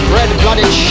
red-blooded